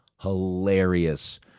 hilarious